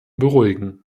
beruhigen